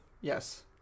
Yes